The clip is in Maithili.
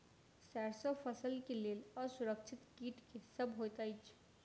सैरसो फसल केँ लेल असुरक्षित कीट केँ सब होइत अछि?